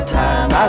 time